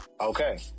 Okay